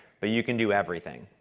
but you can do everything.